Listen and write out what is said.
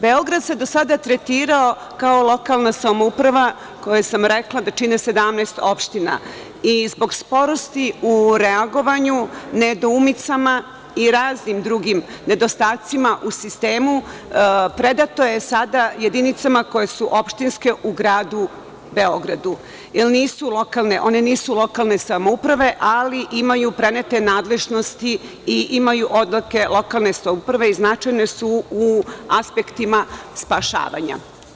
Beograd se do sada tretirao kao lokana samouprava koju čini 17 opština i zbog sporosti u reagovanju, nedoumicama i raznim drugim nedostacima u sistemu predato je sada jedinicama koje su opštinske u gradu Beogradu, jer one nisu lokalne samouprave, ali imaju prenete nadležnosti i imaju odeljke lokalne samouprave i značajne su u aspektima spašavanja.